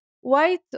White